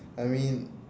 I mean